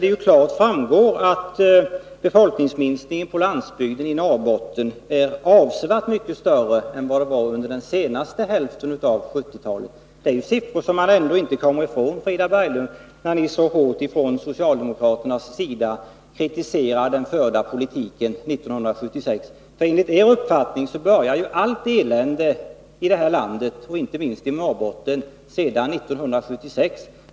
Det framgår där klart att befolkningsminskningen på landsbygden i Norrbotten är avsevärt mycket större än den var under senare hälften av 1970-talet. Det är siffror som man ändå inte kommer ifrån, Frida Berglund, när ni så hårt från socialdemokraternas sida kritiserar den förda politiken 1976. Enligt er uppfattning började ju allt elände i det här landet och inte minst i Norrbotten 1976.